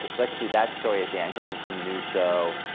let's do that story as the anchor for some new show,